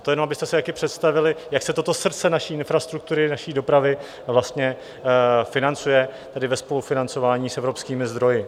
To jenom abyste si představili, jak se toto srdce naší infrastruktury, naší dopravy vlastně financuje, tedy ve spolufinancování s evropskými zdroji.